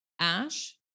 Ash